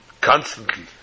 constantly